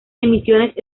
emisiones